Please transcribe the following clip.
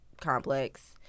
complex